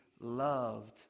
loved